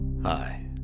Hi